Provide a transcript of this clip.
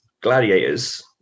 gladiators